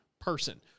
person